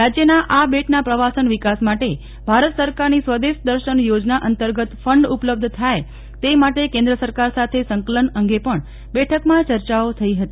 રાજ્યના આ બેટના પ્રવાસન વિકાસ માટે ભારત સરકારની સ્વદેશ દર્શન યોજના અંતર્ગત ફંડ ઉપલબ્ધ થાય તે માટે કેન્દ્ર સરકાર સાથે સંકલન અંગે પણ બેઠકમાં ચર્ચાઓ થઇ હતી